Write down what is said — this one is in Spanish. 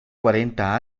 cuarenta